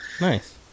Nice